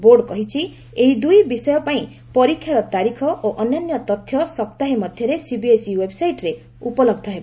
board କହିଛି ଏହି ଦୂଇ ବିଷୟ ପାଇଁ ପରୀକ୍ଷାର ତାରିଖ ଓ ଅନ୍ୟାନ୍ୟ ତଥ୍ୟ ସପ୍ତାହେ ମଧ୍ୟରେ ସିବିଏସ୍ଇ ଓ୍ୱେବ୍ସାଇଟ୍ରେ ଉପଲହ୍ଧ ହେବ